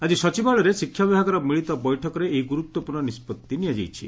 ଆଜି ସଚିବାଳୟରେ ଶିକ୍ଷା ବିଭାଗର ମିଳିତ ବୈଠକରେ ଏହି ଗୁରୁତ୍ୱପୂର୍ଶ୍ଣ ନିଷ୍ବର୍ତି ନିଆଯାଇଛି